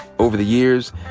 over the years,